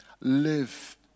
live